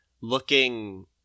looking